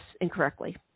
incorrectly